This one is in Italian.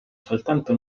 soltanto